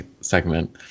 segment